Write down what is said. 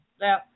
Now